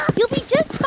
you'll be just